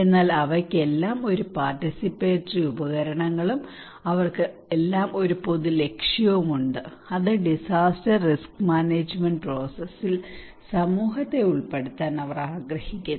എന്നാൽ അവയ്ക്കെല്ലാം എല്ലാ പാർട്ടിസിപ്പേറ്ററി ഉപകരണങ്ങളും അവർക്ക് ഒരു പൊതു ലക്ഷ്യവുമുണ്ട് അത് ഡിസാസ്റ്റർ റിസ്ക് മാനേജ്മെന്റ് പ്രോസസ്സിൽ സമൂഹത്തെ ഉൾപ്പെടുത്താൻ അവർ ആഗ്രഹിക്കുന്നു